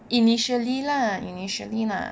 initially lah initially lah